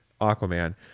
Aquaman